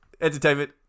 entertainment